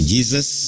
Jesus